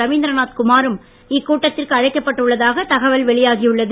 ரவீந்திரநாத் குமாரும் இக்கூட்டத்திற்கு அழைக்கப்பட்டு உள்ளதாக தகவல் வெளியாகி உள்ளது